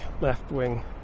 left-wing